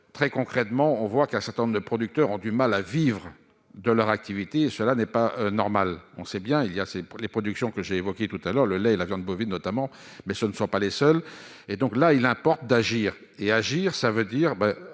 très concrètement, on voit qu'un certain nombre de producteurs ont du mal à vivre de leur activité, et cela n'est pas normal, on sait bien, il y a, c'est pour les productions que j'ai évoqué tout à l'heure, le lait et la viande bovine notamment, mais ce ne sont pas les seuls et donc là, il importe d'agir et agir cela veut dire